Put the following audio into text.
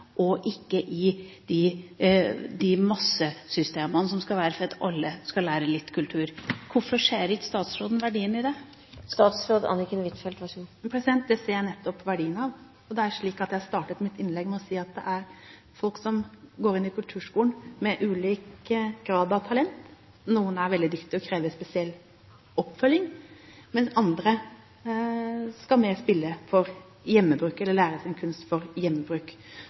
og ikke de massesystemene som er for at alle skal lære litt kultur. Hvorfor ser ikke statsråden verdien i det? Det ser jeg nettopp verdien av. Jeg startet mitt innlegg med å si at folk går inn i kulturskolen med ulik grad av talent. Noen er veldig dyktige og krever spesiell oppfølging, mens andre skal lære kunst mer for hjemmebruk. Jeg mener at vi skal legge til rette for